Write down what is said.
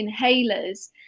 inhalers